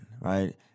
Right